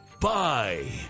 Bye